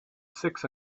six